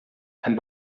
and